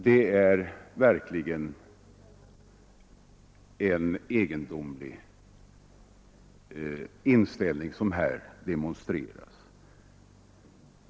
Det är verkligen en egendomlig inställning som här demonstreras.